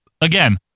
again